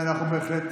ואנחנו בהחלט